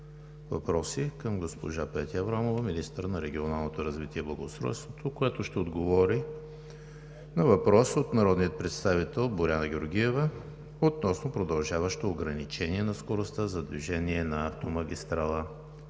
въпроси към госпожа Петя Аврамова – министър на регионалното развитие и благоустройството, която ще отговори на въпрос от народния представител Боряна Георгиева относно продължаващо ограничение на скоростта за движение на магистрала